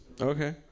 Okay